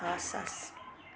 हस् हस्